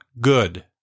good